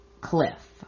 cliff